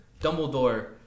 Dumbledore